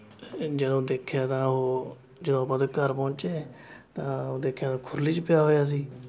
ਜਦੋਂ ਦੇਖਿਆ ਤਾਂ ਉਹ ਜਦੋਂ ਆਪਾਂ ਉਹਦੇ ਘਰ ਪਹੁੰਚੇ ਤਾਂ ਦੇਖਿਆ ਤਾਂ ਖੁਰਲੀ 'ਚ ਪਿਆ ਹੋਇਆ ਸੀ